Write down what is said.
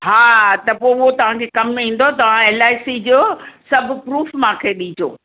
हा त पोइ उहो तव्हां खे कमु ईंदो तव्हां एल आई सी जो सभु प्रूफ़ मांखे ॾीजो